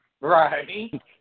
right